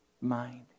mind